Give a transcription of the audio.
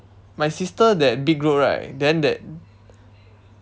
my sister that big road right then that